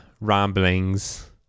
ramblings